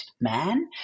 man